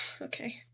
Okay